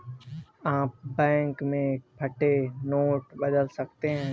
आप बैंक में फटे नोट बदल सकते हैं